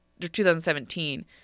2017